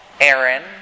Aaron